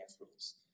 rules